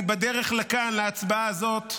בדרך לכאן, להצבעה הזאת,